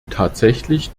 tatsächlich